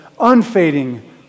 unfading